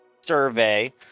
survey